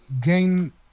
gain